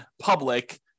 public